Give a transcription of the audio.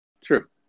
True